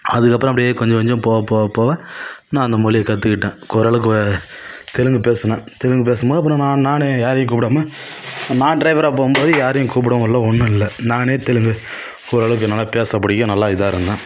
அதுக்கப்புறோம் அப்படியே கொஞ்சம் கொஞ்சம் போவ போவ போவ நான் அந்த மொழியை கற்றுக்கிட்டேன் ஓரளவுக்கு தெலுங்கு பேசுனேன் தெலுங்கு பேசும்போது அப்புறோம் நான் நானே யாரையும் கூப்பிடாம நான் டிரைவராக போகும்போது யாரையும் கூப்பிடவும் இல்லை ஒன்று இல்லை நானே தெலுங்கு ஓரளவுக்கு நல்லா பேச பிடிக்கும் நல்லா இதாக இருந்தேன்